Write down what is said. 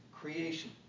Creation